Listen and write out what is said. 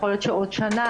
אולי עוד שנה,